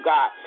God